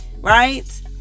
right